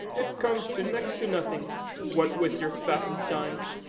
it comes to next to nothing what with your fat and shine.